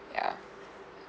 ya